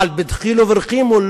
אבל בדחילו ורחימו,